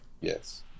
Yes